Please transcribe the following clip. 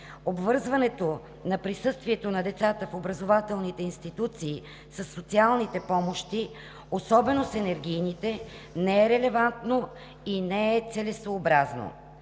Обвързването на присъствието на децата в образователните институции със социалните помощи, особено с енергийните, не е релевантно и не е целесъобразно.